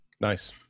nice